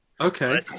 okay